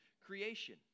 creation